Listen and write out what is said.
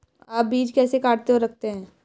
आप बीज कैसे काटते और रखते हैं?